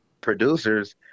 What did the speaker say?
producers